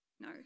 No